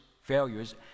failures